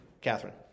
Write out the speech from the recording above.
Catherine